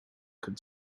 could